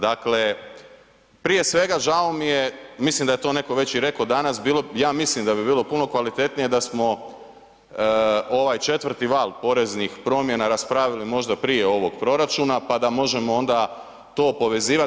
Dakle, prije svega žao mi je, mislim da je to neko već i rekao danas, ja mislim da bi bilo puno kvalitetnije da smo ovaj četvrti val poreznih promjena raspravili možda prije ovog proračuna pa da onda možemo to povezivati.